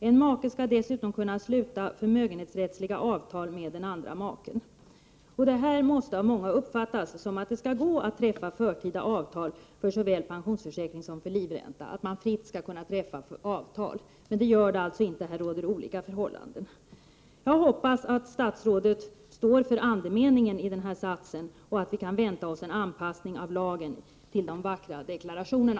En make skall dessutom kunna sluta förmögenhetsrättsliga avtal med den andra maken.” Detta måste av många uppfattas som att det skall gå att fritt träffa förtida avtal om såväl pensionsförsäkring som livränta. Men det gör det alltså inte. Här råder olika förhållanden. Jag hoppas att statsrådet står för andemeningen i citatet ovan, så att vi kan förvänta oss en anpassning av lagen i enlighet med de vackra deklarationerna.